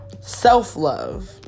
self-love